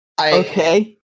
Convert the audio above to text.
Okay